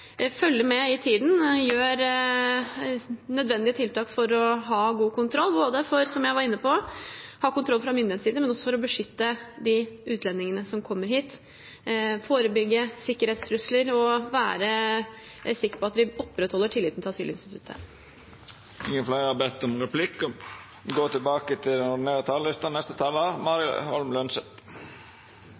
med i tiden, gjør nødvendige tiltak for å ha god kontroll, som jeg var inne på, både for å ha kontroll fra myndighetenes side og for å beskytte de utlendingene som kommer hit, forebygge sikkerhetstrusler og være sikre på at vi opprettholder tilliten til asylinstituttet. Replikkordskiftet er omme. Dei talarane som heretter får ordet, har